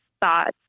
thoughts